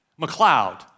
McLeod